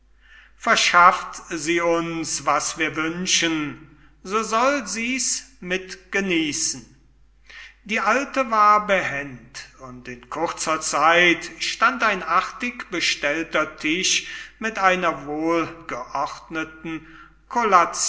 verschafft sie uns was wir wünschen so soll sie's mitgenießen die alte war behend und in kurzer zeit stand ein artig bestellter tisch mit einer wohlgeordneten